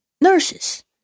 nurses